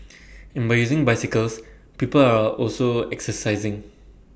and by using bicycles people are also exercising